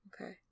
okay